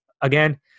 again